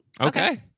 Okay